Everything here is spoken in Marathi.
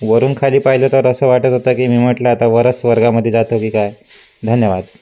वरून खाली पाहिलं तर असं वाटत होतं की मी म्हटलं आता वरस स्वर्गामध्ये जातो की काय धन्यवाद